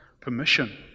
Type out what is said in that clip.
permission